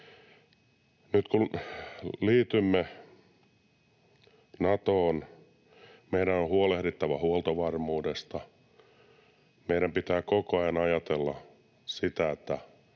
Nyt kun liitymme Natoon, meidän on huolehdittava huoltovarmuudesta. Meidän pitää koko ajan ajatella sitä, mitä